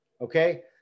Okay